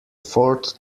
fourth